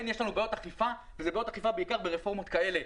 כן יש לנו בעיות אכיפה ואלה בעיות אכיפה בעיקר ברפורמות כאלה.